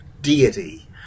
deity